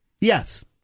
Yes